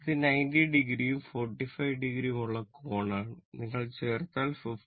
അത് 90 o ഉം 45 o ഉം ഉള്ള കോണാണ് നിങ്ങൾ ചേർത്താൽ 56